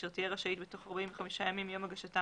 אשר תהיה רשאית בתוך 45 ימים מיום הגשתם,